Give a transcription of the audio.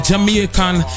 Jamaican